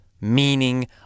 meaning